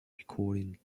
recording